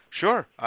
Sure